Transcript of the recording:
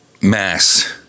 mass